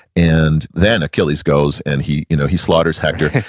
and then achilles goes and he you know he slaughters hector, hector,